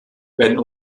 werden